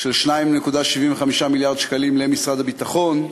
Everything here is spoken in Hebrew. של 2.75 מיליארד שקלים למשרד הביטחון ימומן,